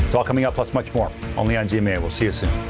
well coming up plus much more only on gma we'll see you soon.